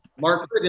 Mark